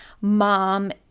mom